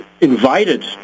invited